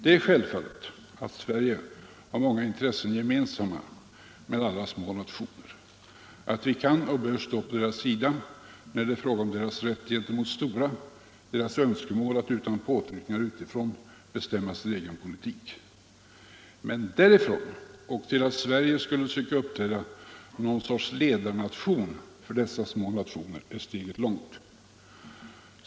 Det är självfallet att Sverige har många intressen gemensamma med alla andra små nationer, att vi kan och bör stå på deras sida när det är fråga om deras rätt gentemot stora, deras önskemål att utan påtryckningar utifrån bestämma sin egen politik. Men därifrån och till att Sverige skulle söka uppträda som någon sorts ledarnation för dessa är steget långt.